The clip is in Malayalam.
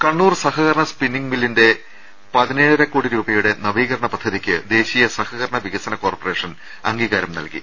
് കണ്ണൂർ സഹകരണ സ്പിന്നിംഗ് മില്ലിന്റെ പതിനേഴര കോടി രൂപ യുടെ നവീകരണ പദ്ധതിക്ക് ദേശീയ സഹകരണ വികസന കോർപറേ ഷൻ അംഗീകാരം നൽകി